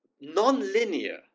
non-linear